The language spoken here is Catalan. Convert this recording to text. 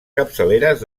capçaleres